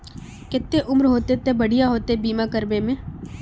केते उम्र होते ते बढ़िया होते बीमा करबे में?